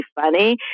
funny